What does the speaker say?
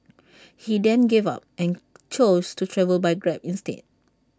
he then gave up and chose to travel by grab instead